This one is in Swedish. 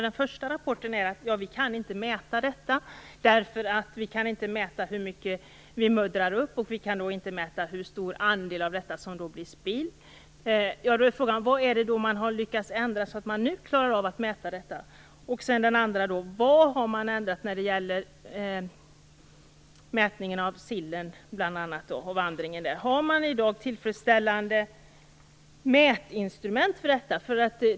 Den första rapporten säger att man inte kan mäta detta, eftersom man inte kan mäta hur mycket man muddrar upp och då inte heller vet hur stor andel av detta som blir spill. En fråga är då: Vad har man lyckats ändra så att man nu klarar att mäta detta? En annan fråga är: Vad har man ändrat när det gäller bl.a. mätningen av sillens vandring? Har man i dag tillfredsställande mätinstrument för detta?